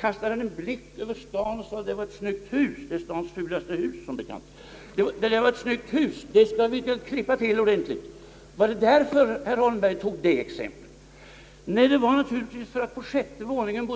Kastade han en blick över staden och sade sig: »Där är ett snyggt hus» — det har sagts vara stadens fulaste hus — »det skall vi klämma till ordentligt»? Nej, det berodde naturligtvis på att statsministern bor på sjätte våningen.